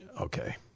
Okay